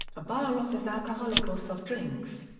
a bar offers alcoholic or soft drinks.